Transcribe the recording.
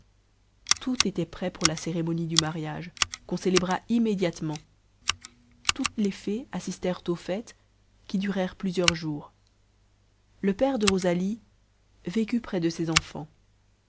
tout était prêt pour la cérémonie du mariage qu'on célébra immédiatement toutes les fées assistèrent aux fêtes qui durèrent plusieurs jours le père de rosalie vécut près de ses enfants